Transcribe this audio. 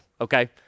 Okay